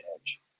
edge